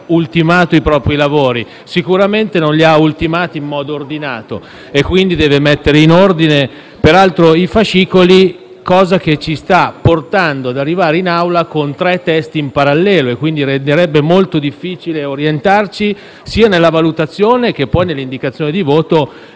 ultimato i propri lavori. Sicuramente non li ha ultimati in modo ordinato e, quindi, deve mettere in ordine i fascicoli, cosa che ci sta portando ad arrivare in Aula con tre testi in parallelo e ciò renderebbe molto difficile orientarci sia nella valutazione che nell'indicazione di voto